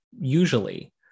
usually